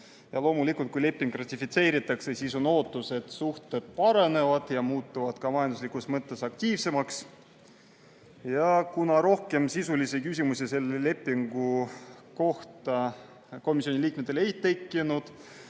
Ja loomulikult, kui leping ratifitseeritakse, siis on ootus, et meie suhted paranevad ja muutuvad ka majanduslikus mõttes aktiivsemaks. Kuna sisulisi küsimusi selle lepingu kohta komisjoni liikmetel ei tekkinud,